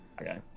okay